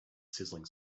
sizzling